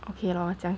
okay lor 讲